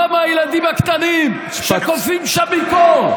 לא מהילדים הקטנים שקופאים שם מקור.